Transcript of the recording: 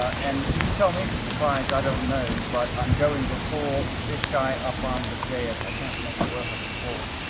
and you tell me if it's surprise, i don't know, but i'm going before fish guy up on the dais. i can't make it work over these walls.